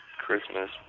Christmas